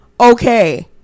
Okay